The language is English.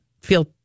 feel